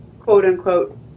quote-unquote